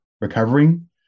recovering